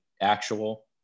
actual